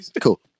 cool